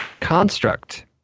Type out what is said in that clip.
Construct